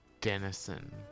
Denison